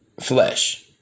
flesh